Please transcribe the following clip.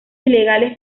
ilegales